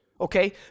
okay